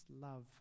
love